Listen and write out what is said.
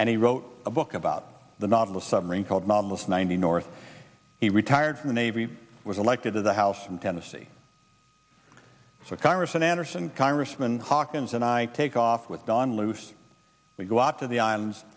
and he wrote a book about the novel submarine called mom of ninety north he retired from the navy was elected to the house in tennessee so congress anderson congressman hawkins and i take off with don luis we go out to the islands